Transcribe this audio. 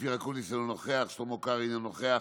אופיר אקוניס, אינו נוכח, שלמה קרעי, אינו נוכח,